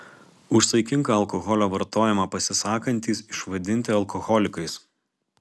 už saikingą alkoholio vartojimą pasisakantys išvadinti alkoholikais